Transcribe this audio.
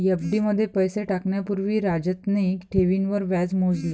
FD मध्ये पैसे टाकण्या पूर्वी राजतने ठेवींवर व्याज मोजले